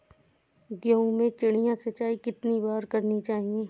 गेहूँ में चिड़िया सिंचाई कितनी बार करनी चाहिए?